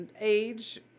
age